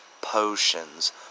potions